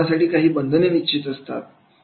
कोणत्याही कामासाठी काही बंधने निश्चित असतात